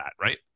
right